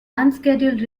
unscheduled